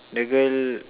the girl